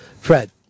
Fred